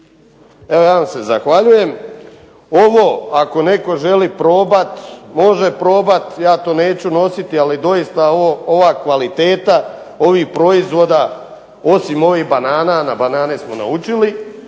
Evo, ja vam se zahvaljujem. Ovo ako netko želi probati može probati ja to neću nositi. Ali doista ova kvaliteta ovih proizvoda, osim ovih banana, na banane smo naučili,